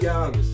Young